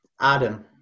Adam